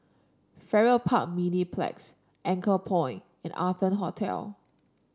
Farrer Park Mediplex Anchorpoint and Arton Hotel